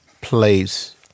place